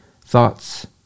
thoughts